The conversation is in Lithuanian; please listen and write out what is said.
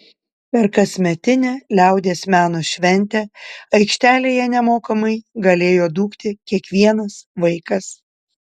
per kasmetinę liaudies meno šventę aikštelėje nemokamai galėjo dūkti kiekvienas vaikas